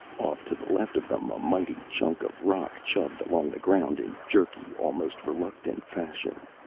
off to the left of them, a mighty chunk of rock chugged along the ground in jerky, almost reluctant fashion.